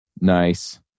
Nice